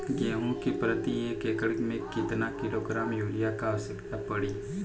गेहूँ के प्रति एक एकड़ में कितना किलोग्राम युरिया क आवश्यकता पड़ी?